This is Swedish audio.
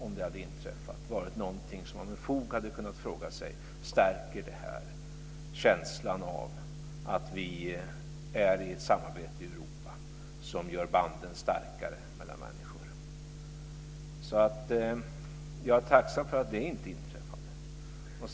Om det hade inträffat hade man med fog kunnat fråga sig om det stärkte känslan av att vi har ett samarbete i Europa som gör banden mellan människor starkare. Jag är tacksam för att det inte inträffade.